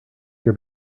your